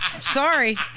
Sorry